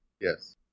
Yes